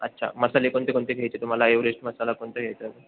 अच्छा मसाले कोणते कोणते घ्यायचे तुम्हाला एवरेस्ट मसाला कोणता घ्यायचा आहे